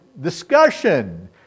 discussion